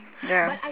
ya